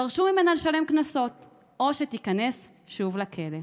דרשו ממנה לשלם קנסות או שתיכנס שוב לכלא.